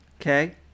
okay